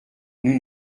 nous